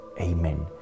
Amen